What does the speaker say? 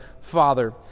father